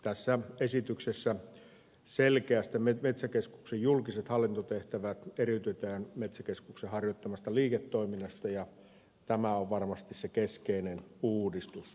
tässä esityksessä selkeästi metsäkeskuksen julkiset hallintotehtävät eriytetään metsäkeskuksen harjoittamasta liiketoiminnasta ja tämä on varmasti se keskeinen uudistus